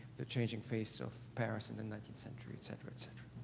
the changing face of paris in the nineteenth century, etc, etc.